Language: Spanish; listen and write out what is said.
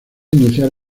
iniciar